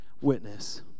witness